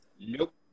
Nope